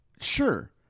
Sure